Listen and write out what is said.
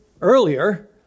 earlier